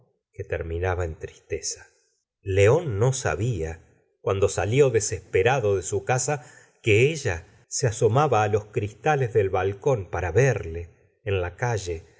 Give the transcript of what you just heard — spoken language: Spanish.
que terminaba en tristeza león no sabia cuando salió desesperado de su casa que ella se asomaba ti los cristales del balcón pera verle en la calle